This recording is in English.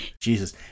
Jesus